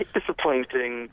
Disappointing